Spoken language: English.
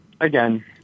again